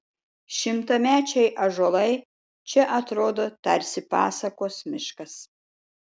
šimtamečiai ąžuolai čia atrodo tarsi pasakos miškas